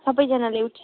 सबैजनाले उठ